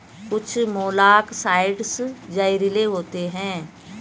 कुछ मोलॉक्साइड्स जहरीले होते हैं